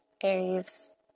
Aries